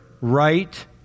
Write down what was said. right